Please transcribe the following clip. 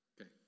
Okay